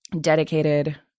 dedicated